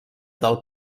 del